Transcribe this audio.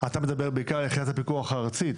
אתה מדבר בעיקר על יחידת הפיקוח הארצית,